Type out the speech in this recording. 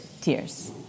tears